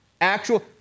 actual